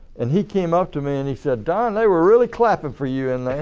and he came up to me and he said don they were really clapping for you in there.